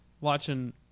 watching